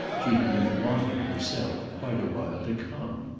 she had been wanting herself, quite a while, to come.